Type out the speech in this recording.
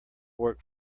work